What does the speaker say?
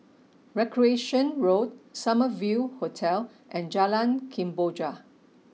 Recreation Road Summer View Hotel and Jalan Kemboja